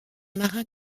marin